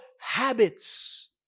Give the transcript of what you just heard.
habits